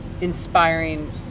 inspiring